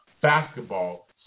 basketball